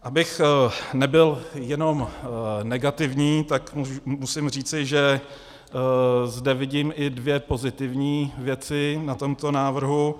Abych nebyl jenom negativní, musím říci, že zde vidím i dvě pozitivní věci na tomto návrhu.